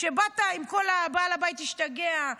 שבאת עם כל ה"בעל הבית השתגע",